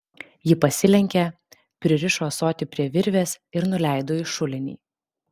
ji pasilenkė pririšo ąsotį prie virvės ir nuleido į šulinį